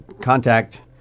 contact